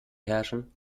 herrschen